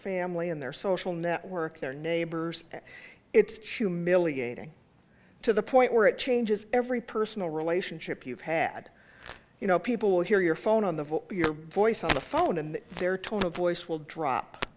family in their social network their neighbors and it's to millie a to the point where it changes every personal relationship you've had you know people will hear your phone on the your voice on the phone and their tone of voice will drop